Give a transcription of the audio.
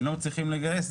אם לא מצליחים לגייס,